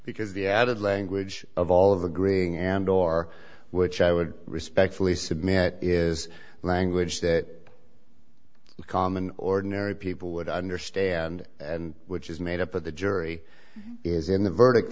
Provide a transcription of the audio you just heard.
because the added language of all of the grieving and or which i would respectfully submit is language that common ordinary people would understand and which is made up of the jury is in the verdict